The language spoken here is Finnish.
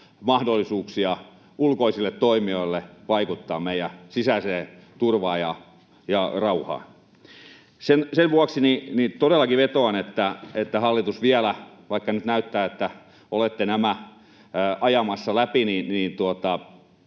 mahdollisuuksia ulkoisille toimijoille vaikuttaa meidän sisäiseen turvaan ja rauhaan. Sen vuoksi todellakin vetoan, hallitus, vaikka nyt näyttää, että olette nämä ajamassa läpi, te